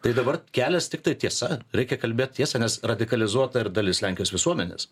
tai dabar kelias tiktai tiesa reikia kalbėt tiesą nes radikalizuota ir dalis lenkijos visuomenės